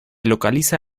localiza